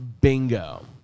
Bingo